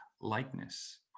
likeness